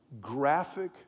graphic